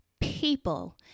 people